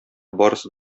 барысы